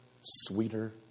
sweeter